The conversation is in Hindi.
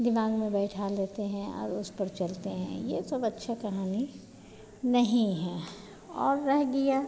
दिमाग़ में बैठा देते हैं और उस पर चलते हैं यह सब अच्छी कहानी नहीं है और रहे गया